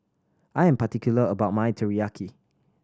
I am particular about my Teriyaki